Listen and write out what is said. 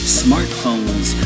smartphones